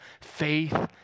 faith